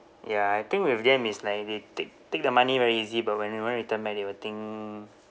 ya I think with them is like they take take the money very easy but when they want return back they will think